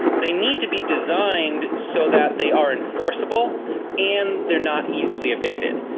they need to be designed so that they are enforceable and they are not easily evaded,